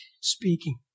speaking